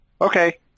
Okay